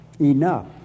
enough